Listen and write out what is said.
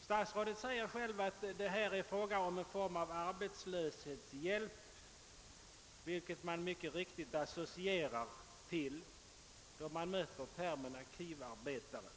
Statsrådet säger själv att det är fråga om en form av arbetslöshetshjälp, vilket man mycket riktigt associerar till då man möter termen arkivarbetare.